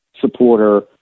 supporter